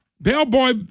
Bellboy